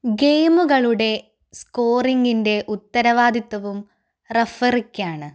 ഗെയിമുകളുടെ സ്കോറിംഗിൻ്റെ ഉത്തരവാദിത്തവും റഫറിക്കാണ്